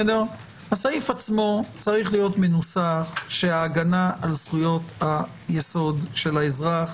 הסעיף עצמו צריך להיות מנוסח כשההגנה על זכויות היסוד של האזרח